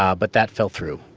um but that fell through,